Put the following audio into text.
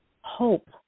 hope